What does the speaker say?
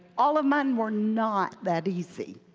all of mine were not that easy.